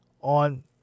on